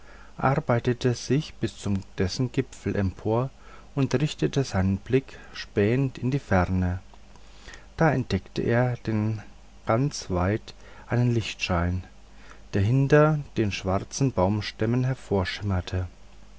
arbeitete sich bis zu dessen gipfel empor und richtete seine blicke spähend in die ferne da entdeckte er denn ganz weit einen lichtschein der hinter den schwarzen baumstämmen